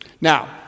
Now